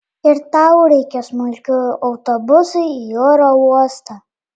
ir tau reikia smulkių autobusui į oro uostą